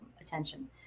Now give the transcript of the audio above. attention